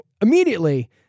immediately